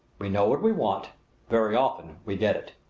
we know what we want very often we get it.